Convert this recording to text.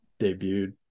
debuted